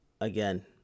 again